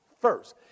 first